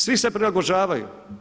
Svi se prilagođavaju.